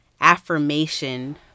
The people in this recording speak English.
affirmation